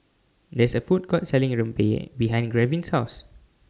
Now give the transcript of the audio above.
There IS A Food Court Selling Rempeyek behind Gavyn's House